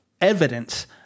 evidence